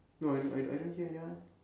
no I don't I don't hear ya